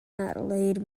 adelaide